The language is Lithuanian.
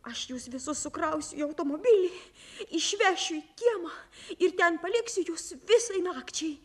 aš jus visus sukrausiu į automobilį išvešiu į kiemą ir ten paliksiu jus visai nakčiai